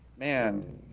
Man